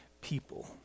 people